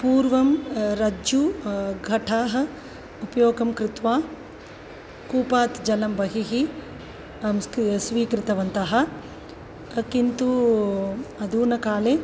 पूर्वं रज्जुः घटः उपयोगं कृत्वा कूपात् जलं बहिः स्क् स्वीकृतवन्तः अधुनाकाले